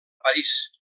parís